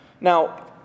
Now